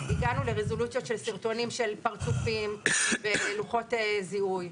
הגענו לרזולוציות של סרטונים של פרצופים ולוחות זיהוי.